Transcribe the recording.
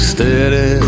Steady